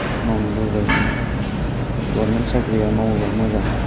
मावनो लुबैबाबो मोना गभर्नमेन्त साख्रिया मावोबा मोजां